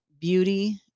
beauty